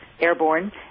airborne